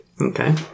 Okay